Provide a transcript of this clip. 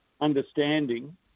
understanding